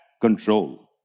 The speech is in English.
control